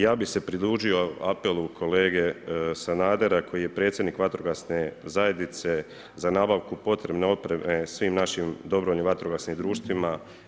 Ja bih se pridružio apelu kolege Sanadera koji je predsjednik vatrogasne zajednice za nabavku potrebne opreme svim našim dobrovoljnim vatrogasnim društvima.